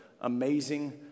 amazing